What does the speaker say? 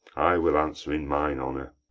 i will answer in mine honour.